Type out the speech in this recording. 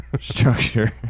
structure